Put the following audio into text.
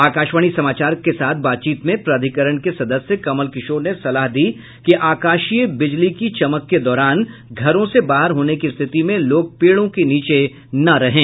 आकाशवाणी समाचार के साथ बातचीत में प्राधिकरण के सदस्य कमल किशोर ने सलाह दी कि आकाशीय बिजली की चमक के दौरान घरों से बाहर होने की स्थिति में लोग पेड़ों के नीचे न रहें